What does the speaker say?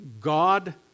God